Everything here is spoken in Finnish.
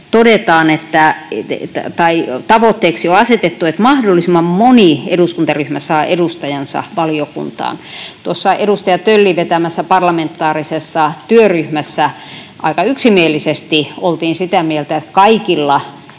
tavoitteeksi on asetettu, että mahdollisimman moni eduskuntaryhmä saa edustajansa valiokuntaan. Tuossa edustaja Töllin vetämässä parlamentaarisessa työryhmässä aika yksimielisesti oltiin sitä mieltä, että kaikilla